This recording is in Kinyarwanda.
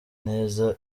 neza